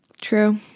true